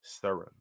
serum